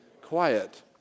quiet